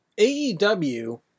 AEW